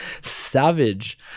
savage